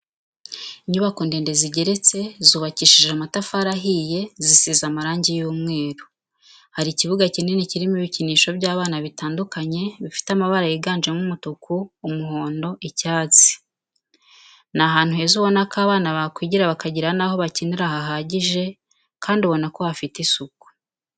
Inyubako ndende zigeretse zubakishije amatafari ahiye zisize amarangi y'umweru, hari ikibuga kinini kirimo ibikinisho by'abana bitandukanye bifite amabara yiganjemo umutuku, umuhondo, icyatsi, ni ahantu heza ubona ko abana bakwigira bakagira naho bakinira hahagije, kandi ubona ko hafite isuku.